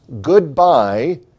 goodbye